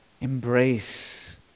embrace